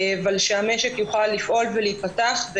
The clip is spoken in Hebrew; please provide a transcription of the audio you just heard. אבל שהמשק יוכל לפעול ולהיפתח.